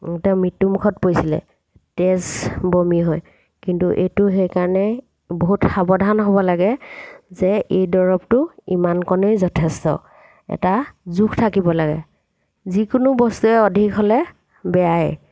তেওঁ মৃত্যু মুখত পৰিছিলে তেজ বমি হয় কিন্তু এইটো সেইকাৰণে বহুত সাৱধান হ'ব লাগে যে এই দৰৱটো ইমানকণেই যথেষ্ট এটা জোখ থাকিব লাগে যিকোনো বস্তুৱে অধিক হ'লে বেয়াই